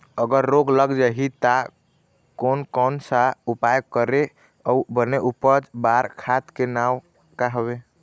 अगर रोग लग जाही ता कोन कौन सा उपाय करें अउ बने उपज बार खाद के नाम का हवे?